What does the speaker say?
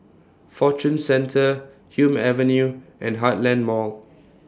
Fortune Centre Hume Avenue and Heartland Mall